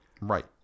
Right